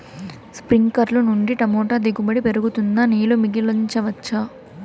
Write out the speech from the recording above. స్ప్రింక్లర్లు నుండి టమోటా దిగుబడి పెరుగుతుందా? నీళ్లు మిగిలించవచ్చా?